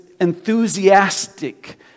enthusiastic